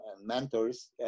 mentors